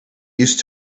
used